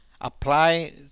apply